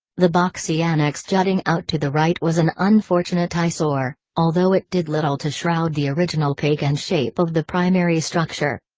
the boxy annex jutting out to the right was an unfortunate eyesore, although it did little to shroud the original pagan shape of the primary structure.